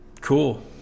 cool